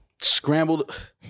Scrambled